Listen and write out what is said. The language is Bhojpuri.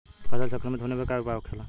फसल संक्रमित होने पर क्या उपाय होखेला?